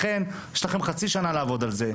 לכן יש לכם חצי שנה לעבוד על זה,